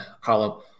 column